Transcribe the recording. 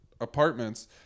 apartments